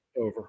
Over